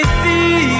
see